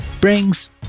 brings